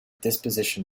disposition